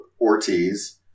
Ortiz